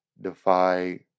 defy